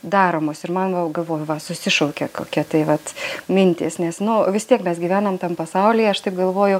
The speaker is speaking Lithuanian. daromus ir mano galvoju va susišaukia kokia tai vat mintys nes nu vis tiek mes gyvenam tam pasaulyje aš taip galvoju